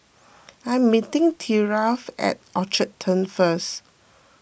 I am meeting Thyra at Orchard Turn first